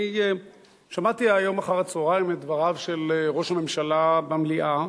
שמעתי היום אחר-הצהריים את דבריו של ראש הממשלה במליאה,